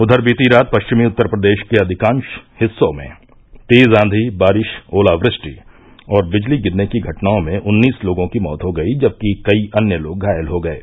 उधर बीती रात पश्चिमी उत्तर प्रदेश के अधिकांश हिस्सों में तेज आंवी बारिश ओलावृष्टि और बिजली गिरने की घटनाओं में उन्नीस लोगों की मौत हो गयी जबकि कई अन्य लोग घायल हो गये